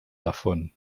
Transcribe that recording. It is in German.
davon